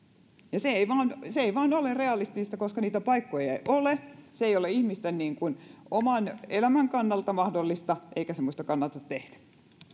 se ei vaan ole realistista koska niitä paikkoja ei ei ole se ei ole ihmisten oman elämän kannalta mahdollista eikä semmoista kannata tehdä